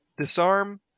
disarm